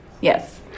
Yes